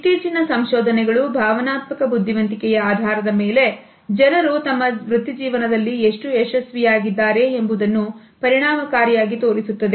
ಇತ್ತೀಚಿನ ಸಂಶೋಧನೆಗಳು ಭಾವನಾತ್ಮಕ ಬುದ್ಧಿವಂತಿಕೆಯ ಆಧಾರದ ಮೇಲೆ ಜನರು ತಮ್ಮ ವೃತ್ತಿಜೀವನದಲ್ಲಿ ಎಷ್ಟು ಯಶಸ್ವಿಯಾಗಿದ್ದಾರೆ ಎಂಬುದನ್ನು ಪರಿಣಾಮಕಾರಿಯಾಗಿ ತೋರಿಸುತ್ತದೆ